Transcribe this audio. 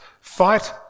Fight